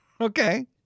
Okay